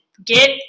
Get